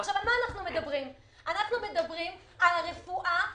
אנחנו מדברים על הרפואה הפנימית,